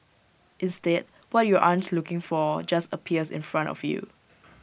instead what you aren't looking for just appears in front of you